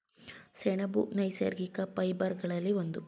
ಸೆಣಬು ನೈಸರ್ಗಿಕ ಫೈಬರ್ ಗಳಲ್ಲಿ ಒಂದು